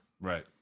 Right